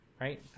right